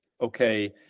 okay